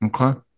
Okay